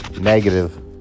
negative